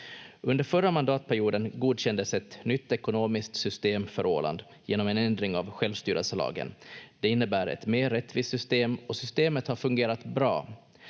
Under förra mandatperioden godkändes ett nytt ekonomiskt system för Åland genom en ändring av självstyrelselagen. Det innebär ett mer rättvist system och systemet har fungerat bra.